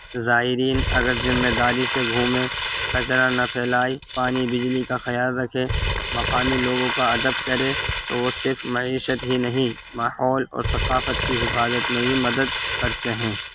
زائرین اگر ذمہ داری سے گھومیں کچرا نہ پھیلائیں پانی بجلی کا خیال رکھے مقامی لوگوں کا ادب کرے تو وہ صرف معیشت ہی نہیں ماحول اور ثقافت کی حفاظت میں بھی مدد کرتے ہیں